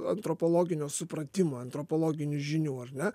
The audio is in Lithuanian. antropologinio supratimo antropologinių žinių ar ne